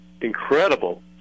incredible